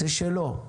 זה שלו.